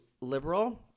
liberal